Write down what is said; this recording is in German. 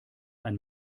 ein